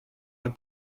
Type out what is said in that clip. leur